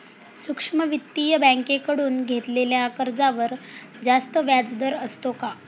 सूक्ष्म वित्तीय बँकेकडून घेतलेल्या कर्जावर जास्त व्याजदर असतो का?